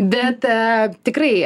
bet tikrai